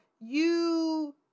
You-